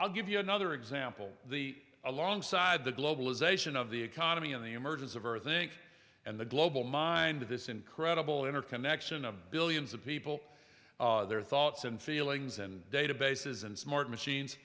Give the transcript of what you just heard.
i'll give you another example the alongside the globalization of the economy and the emergence of earth inc and the global mind this incredible interconnection of billions of people their thoughts and feelings and databases and smart machines